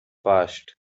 passed